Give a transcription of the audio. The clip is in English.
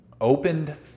opened